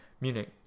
Munich